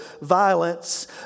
violence